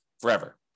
forever